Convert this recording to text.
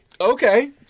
Okay